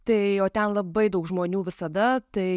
tai o ten labai daug žmonių visada tai